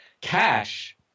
cash